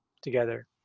together